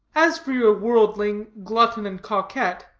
as for your worldling, glutton, and coquette,